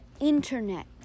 internet